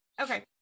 okay